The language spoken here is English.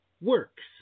works